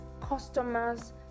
customer's